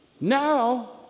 Now